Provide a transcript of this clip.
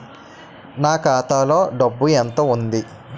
నా ఖాతాలో డబ్బు ఎంత ఉంది?